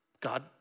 God